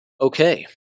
Okay